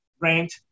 rent